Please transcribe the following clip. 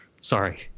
Sorry